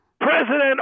President